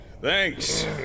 Thanks